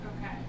Okay